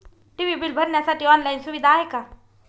TV bill भरण्यासाठी online सुविधा आहे का?